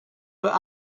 but